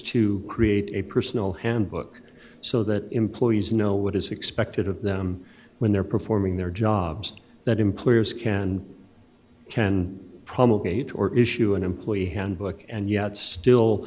to create a personal handbook so that employees know what is expected of them when they're performing their jobs that employers can and can promise or issue an employee handbook and yet still